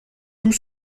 tout